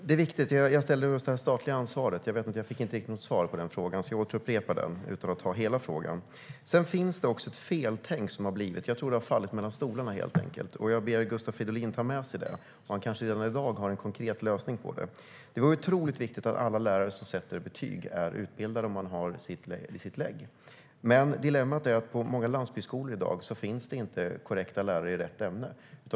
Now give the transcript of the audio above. Fru talman! Jag ställde en fråga om det statliga ansvaret. Jag fick inte något riktigt svar på den frågan, så jag upprepar den utan att säga hela frågan här. Det finns ett feltänk. Jag tror att frågan har fallit mellan stolarna. Jag ber Gustav Fridolin att ta med sig frågan. Han kanske redan i dag har en konkret lösning. Det är otroligt viktigt att alla lärare som sätter betyg är utbildade och har legitimation. Men dilemmat är att på många landsbygdsskolor i dag finns inte rätt lärare för rätt ämne.